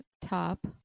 top